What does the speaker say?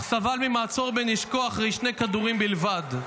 אך סבל ממעצור בנשקו אחרי שני כדורים בלבד.